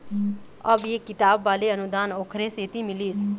अब ये किताब वाले अनुदान ओखरे सेती मिलिस